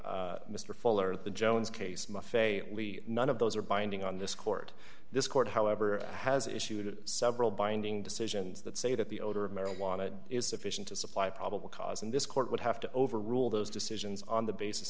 by mr fuller at the jones case my fate lee none of those are binding on this court this court however has issued several binding decisions that say that the odor of marijuana is sufficient to supply probable cause and this court would have to overrule those decisions on the basis